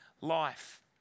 life